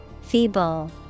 Feeble